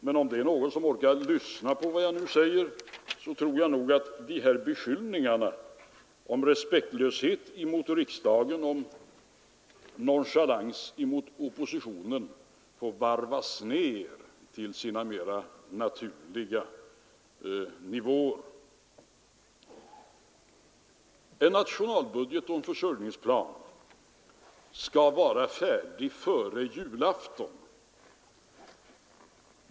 Men om det är någon som orkar lyssna på vad jag nu säger, tror jag att de här beskyllningarna för respektlöshet emot riksdagen och nonchalans mot oppositionen får varvas ner till sina mera naturliga nivåer. En nationalbudget och försörjningsplan skall vara färdig före julafton.